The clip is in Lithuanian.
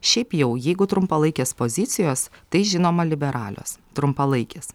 šiaip jau jeigu trumpalaikės pozicijos tai žinoma liberalios trumpalaikės